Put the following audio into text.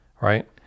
right